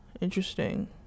Interesting